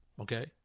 Okay